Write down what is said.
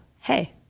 hey